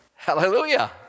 Hallelujah